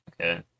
Okay